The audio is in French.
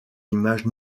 image